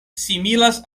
similas